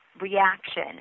reaction